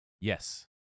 Yes